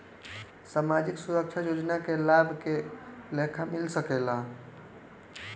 सामाजिक सुरक्षा योजना के लाभ के लेखा मिल सके ला?